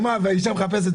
כשאתה מדבר על הסכום,